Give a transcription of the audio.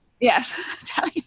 yes